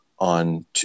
on